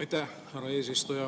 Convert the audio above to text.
Aitäh, härra eesistuja!